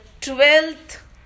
twelfth